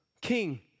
King